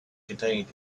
contained